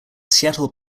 seattle